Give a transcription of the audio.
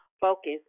focus